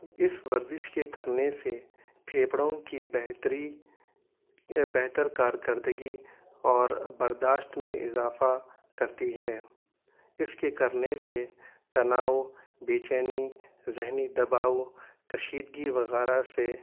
اس ورزش کے کرنے سے پھیپھڑوں کی بہتری یا بہتر کارکردگی اور برداشت میں اضافہ کرتی ہے اس کے کرنے سے تناؤ بے چینی ذہنی دباؤ کشیدگی وغیرہ سے